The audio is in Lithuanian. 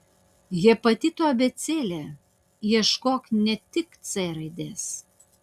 hepatito abėcėlė ieškok ne tik c raidės